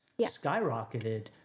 skyrocketed